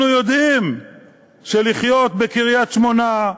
אנחנו יודעים שלחיות בקריית-שמונה,